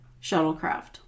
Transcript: shuttlecraft